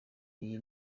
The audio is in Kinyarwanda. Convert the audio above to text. iyi